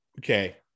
Okay